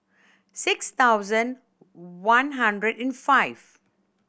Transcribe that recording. six thousand one hundred and five